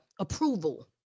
approval